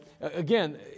again